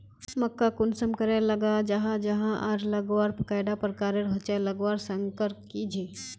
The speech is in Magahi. मक्का कुंसम करे लगा जाहा जाहा आर लगवार कैडा प्रकारेर होचे लगवार संगकर की झे?